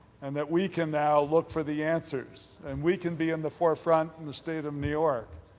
and that we can now look for the answers, and we can be in the forefront in the state of new york,